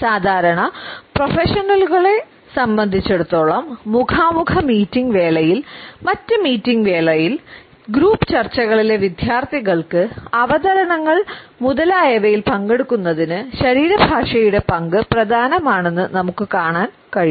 സാധാരണ പ്രൊഫഷണലുകളെ സംബന്ധിച്ചിടത്തോളം മുഖാമുഖ മീറ്റിംഗ് വേളയിൽ മറ്റ് മീറ്റിംഗ് വേളയിൽ ഗ്രൂപ്പ് ചർച്ചകളിലെ വിദ്യാർത്ഥികൾക്ക് അവതരണങ്ങൾ മുതലായവയിൽ പങ്കെടുക്കുന്നതിന് ശരീരഭാഷയുടെ പങ്ക് പ്രധാനമാണെന്ന് നമുക്ക് കാണാൻ കഴിയും